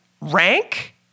rank